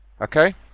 Okay